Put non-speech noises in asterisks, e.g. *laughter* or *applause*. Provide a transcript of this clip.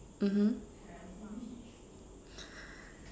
mmhmm *breath*